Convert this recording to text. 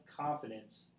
confidence